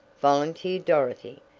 volunteered dorothy,